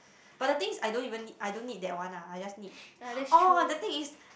but the thing is I don't even need I don't need that one lah I just need oh the thing is